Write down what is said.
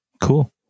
Cool